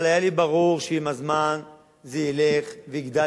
אבל היה לי ברור שעם הזמן זה ילך ויגדל,